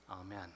Amen